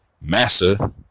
Massa